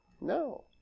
No